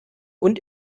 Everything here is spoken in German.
und